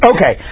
Okay